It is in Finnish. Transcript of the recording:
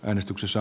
äänestyksissä